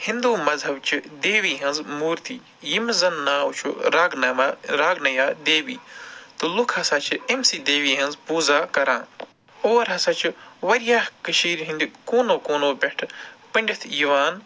ہِنٛدُو مزہب چہٕ دیوی ۂنٛز مورتی ییٚمِس زَنہٕ ناو چھُ راگنَوا راگنِیا دیوی تہٕ لُکھ ہسا چھِ أمۍ سٕے دیوی ۂنٛز پوٗزا کران اور ہسا چھِ واریاہ کٔشیٖرِ ۂنٛدۍ کوٗنَو کوٗنَو پٮ۪ٹھ پٔنٛڈِتھ یِوان